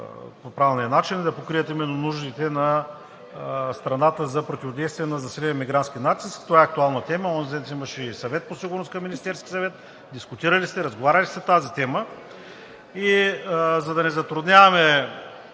по правилния начин и да покрият именно нуждите на страната за противодействие на засиления мигрантски натиск. Това е актуална тема, а онзи ден имаше Съвет по сигурността към Министерския съвет – дискутирали сте, разговаряли сте по тази тема, и за да не затрудняваме